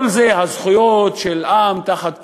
כל זה, הזכויות של עם תחת כיבוש,